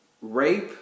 rape